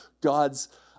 God's